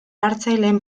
hartzaileen